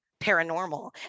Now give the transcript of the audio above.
paranormal